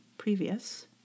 previous